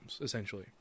essentially